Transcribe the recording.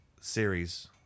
series